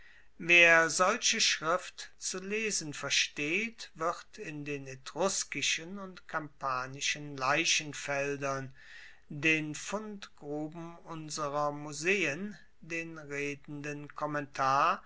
wer solche schrift zu lesen versteht wird in den etruskischen und kampanischen leichenfeldern den fundgruben unserer museen den redenden kommentar